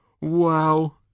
Wow